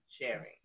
sharing